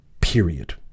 period